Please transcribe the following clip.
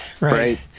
Right